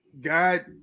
God